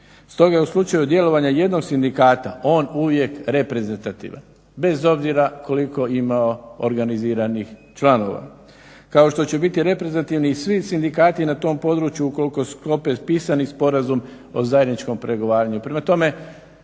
Stoga je u slučaju djelovanja jednog sindikata on uvijek reprezentativan, bez obzira koliko imao organiziranih članova, kao što će biti reprezentativni i svi sindikati na tom području ukoliko sklope pisani sporazum o zajedničkom pregovaranju.